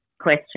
question